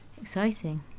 Exciting